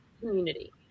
community